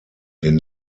den